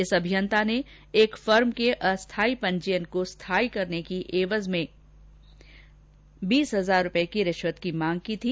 इस अभियंता ने एक फर्म के अस्थाई पंजीयन को स्थाई करने की एवज में बीस हजार रूपए की मांग की थी